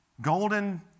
golden